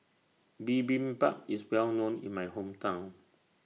Bibimbap IS Well known in My Hometown